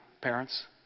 parents